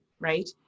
right